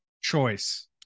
choice